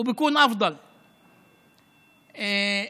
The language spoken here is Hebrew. עדיף יהיה כך.